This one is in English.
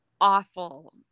awful